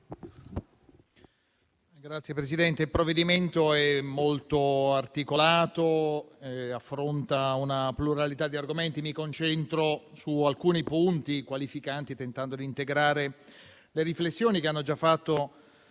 Signora Presidente, questo provvedimento è molto articolato e affronta una pluralità di argomenti. Mi concentro su alcuni punti qualificanti, tentando di integrare le riflessioni che hanno già svolto